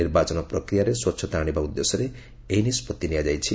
ନିର୍ବାଚନ ପ୍ରକ୍ରିୟାରେ ସ୍ୱଚ୍ଛତା ଆଣିବା ଉଦ୍ଦେଶ୍ୟରେ ଏହି ନିଷ୍କଭି ନିଆଯାଇଛି